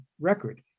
record